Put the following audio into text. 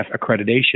accreditation